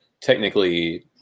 technically